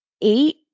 eight